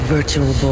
Virtual